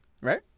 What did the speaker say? right